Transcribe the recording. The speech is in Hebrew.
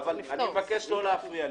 אני מבקש לא להפריע לי.